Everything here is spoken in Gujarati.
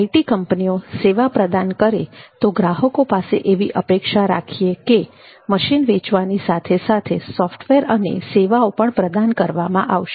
આઈટી કંપનીઓ સેવા પ્રદાન કરે તો ગ્રાહકો એવી અપેક્ષા રાખે છે કે મશીન વેચવાની સાથે સાથે સોફ્ટવેર અને સેવાઓ પણ પ્રદાન કરવામાં આવશે